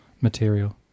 material